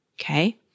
Okay